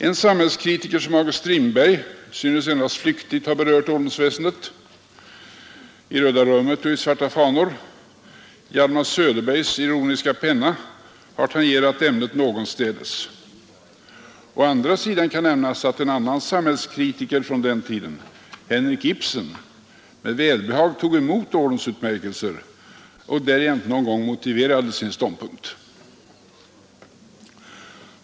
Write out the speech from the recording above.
En samhällskritiker som August Strindberg synes endast flyktigt ha berört ordensväsendet, i Röda rummet och Svarta fanor, och Hjalmar Söderbergs ironiska penna har tangerat ämnet någonstädes. Å andra sidan kan nämnas att en annan samhällskritiker från den tiden, Henrik Ibsen, med välbehag tog emot ordensutmärkelser och därjämte någon gång motiverade sin ståndpunkt.